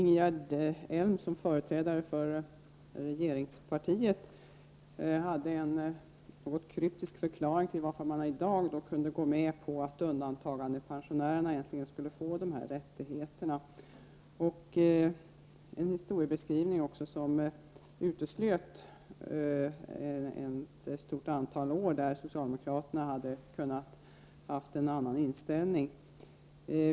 Herr talman! Som företrädare för regeringspartiet gav Ingegerd Elm en något kryptisk förklaring till att man i dag kunde gå med på att undantagandepensionärerna — äntligen, skulle jag vilja säga — får de önskade rättigheterna. Man kan tala om en historieskrivning som utesluter ett stort antal år då socialdemokraterna hade kunnat ha en annan inställning.